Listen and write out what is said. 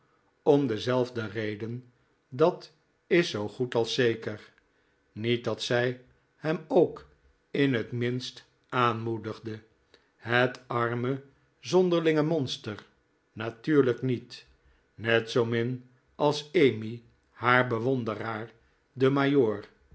om dezelfde reden dat is zoo goed als zeker niet dat zij hem ook in het minst aanmoedigde het arme zonderlinge monster natuurlijk niet net zoomin als emmy haar bewonderaar den